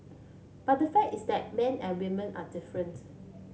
but the fact is that men and women are different